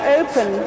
open